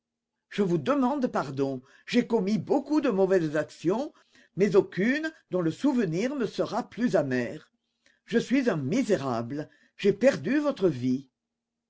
je vous demande pardon j'ai commis beaucoup de mauvaises actions mais aucune dont le souvenir me sera plus amer je suis un misérable j'ai perdu votre vie